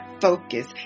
focus